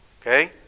okay